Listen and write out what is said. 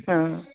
हं